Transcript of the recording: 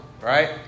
right